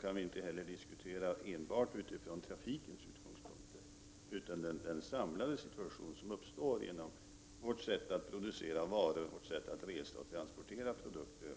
kan vi inte heller diskutera enbart med utgångspunkt i trafiken. Vi måste utgå från den samlade situation som uppstår genom vårt sätt att producera varor och vårt sätt att resa och transportera produkter.